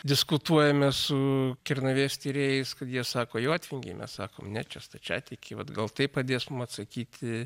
diskutuojame su kernavės tyrėjais kad jie sako jotvingiai mes sakome ne čia stačiatikiai vat gal tai padės atsakyti